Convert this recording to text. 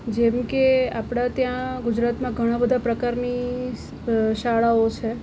જેમ કે આપણે ત્યાં ગુજરાતમાં ઘણા બધા પ્રકારની શાળાઓ છે